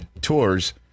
tours